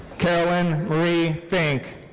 carolyn marie fink.